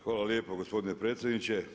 Hvala lijepo gospodine predsjedniče.